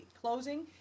closing